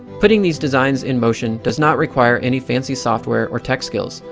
putting these designs in motion does not require any fancy software or tech skills.